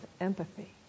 empathy